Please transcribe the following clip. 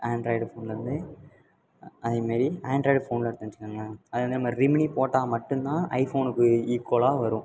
Android ஃபோனில் வந்து அதேமாரி ஆண்ட்ராய்டு ஃபோனில் எடுத்தோன்னு வச்சுக்கோங்களேன் அது வந்து நம்ம ரெமினி ஃபோட்டாே மட்டும் தான் ஐஃபோனுக்கு ஈக்குவலாக வரும்